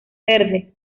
verde